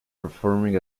performing